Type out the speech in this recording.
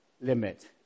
limit